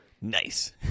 Nice